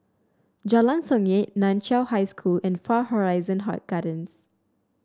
Jalan Songket Nan Chiau High School and Far Horizon Gardens